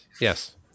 Yes